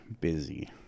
busy